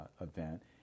event